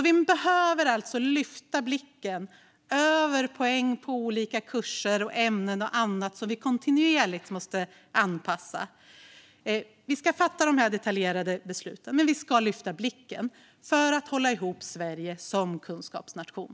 Vi behöver alltså lyfta blicken över poäng på olika kurser och ämnen och annat som kontinuerligt måste anpassas. Vi ska fatta de detaljerade besluten, men vi ska lyfta blicken för att hålla ihop Sverige som kunskapsnation.